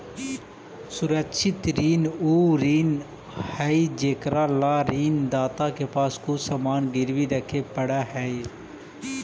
सुरक्षित ऋण उ ऋण हइ जेकरा ला ऋण दाता के पास कुछ सामान गिरवी रखे पड़ऽ हइ